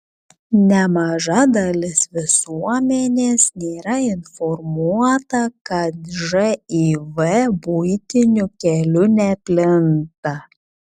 nemaža dalis visuomenės nėra informuota kad živ buitiniu keliu neplinta